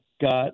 got